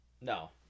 No